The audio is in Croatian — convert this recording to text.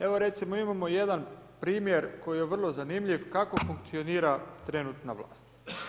Evo recimo imamo jedna primjer koji je vrlo zanimljiv kako funkcionira trenutna vlast.